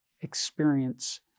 experience